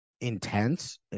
intense